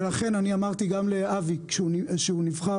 ולכן אני אמרתי לאבי כשהוא נבחר